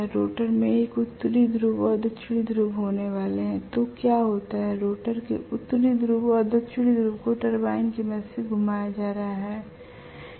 rotor में एक उत्तरी ध्रुव और दक्षिणी ध्रुव होने वाला है तो क्या होता है रोटर के उत्तरी ध्रुव और दक्षिणी ध्रुव को टरबाइन की मदद से घुमाया जा रहा है